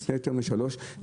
לפני יותר משלוש שנים,